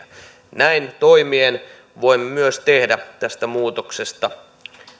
näin toimien voimme myös tehdä tästä muutoksesta